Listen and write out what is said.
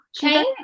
chain